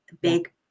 big